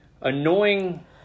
annoying